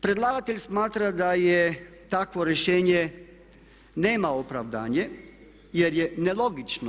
Predlagatelj smatra da je takvo rješenje nema opravdanje jer je nelogično.